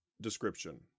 Description